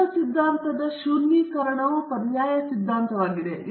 ಮೂಲ ಸಿದ್ಧಾಂತದ ಶೂನ್ಯೀಕರಣವು ಪರ್ಯಾಯ ಸಿದ್ಧಾಂತವಾಗಿದೆ